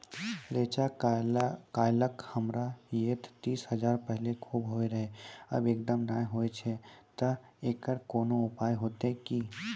रेचा, कलाय हमरा येते तीस साल पहले खूब होय रहें, अब एकदम नैय होय छैय तऽ एकरऽ कोनो उपाय हेते कि?